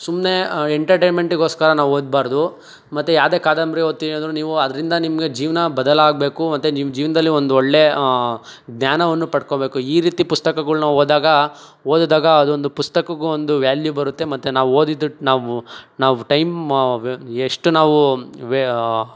ಸುಮ್ಮನೆ ಎಂಟರ್ಟೈನ್ಮೆಂಟಿಗೋಸ್ಕರ ನಾವು ಓದಬಾರ್ದು ಮತ್ತು ಯಾವುದೇ ಕಾದಂಬರಿ ಓದ್ತಿವಿ ಅಂದರು ನೀವು ಅದರಿಂದ ನಿಮಗೆ ಜೀವನ ಬದಲಾಗಬೇಕು ಮತ್ತು ನಿಮ್ಮ ಜೀವನದಲ್ಲಿ ಒಂದು ಒಳ್ಳೆ ಜ್ಞಾನವನ್ನು ಪಡ್ಕೊಬೇಕು ಈ ರೀತಿ ಪುಸ್ತಕಗಳ್ನ ಓದಿದಾಗ ಓದಿದಾಗ ಅದೊಂದು ಪುಸ್ತಕಕ್ಕು ಒಂದು ವ್ಯಾಲ್ಯೂ ಬರುತ್ತೆ ಮತ್ತು ನಾವು ಓದಿದ್ದು ನಾವು ನಾವು ಟೈಮ್ ಎಷ್ಟು ನಾವು ವೇ